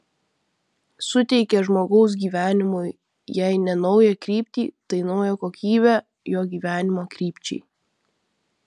suteikia žmogaus gyvenimui jei ne naują kryptį tai naują kokybę jo gyvenimo krypčiai